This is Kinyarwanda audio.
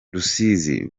rusizi